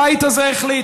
הבית הזה החליט,